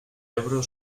ebro